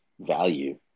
value